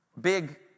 big